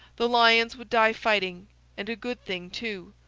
the lions would die fighting and a good thing too!